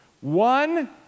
One